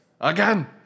Again